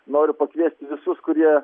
noriu pakviesti visus kurie